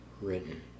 written